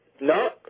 No